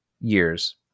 years